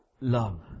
Love